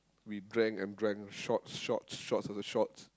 we drank and drank shots shots shots after shots